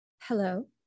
Hello